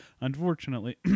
unfortunately